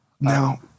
Now